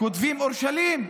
כותבים "אורשלם",